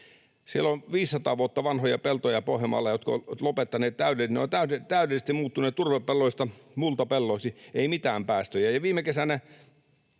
Siellä on 500 vuotta vanhoja peltoja Pohjanmaalla, jotka ovat lopettaneet, ne ovat täydellisesti muuttuneet turvepelloista multapelloiksi, ei mitään päästöjä.